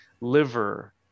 liver